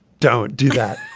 don't do that